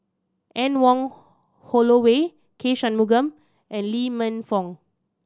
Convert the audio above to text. Anne Wong Holloway K Shanmugam and Lee Man Fong